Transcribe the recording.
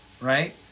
right